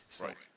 Right